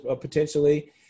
potentially